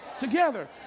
together